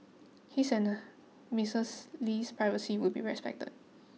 his and Mistress Lee's privacy would be respected